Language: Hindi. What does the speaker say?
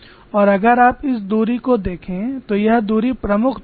और अगर आप इस दूरी को देखें तो यह दूरी प्रमुख धुरी है